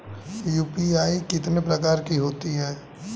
UPI कितने प्रकार की होती हैं?